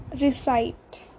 recite